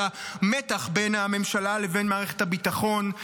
את המתח בין הממשלה לבין מערכת הביטחון,